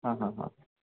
हां हां हां